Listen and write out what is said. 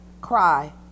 cry